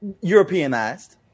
Europeanized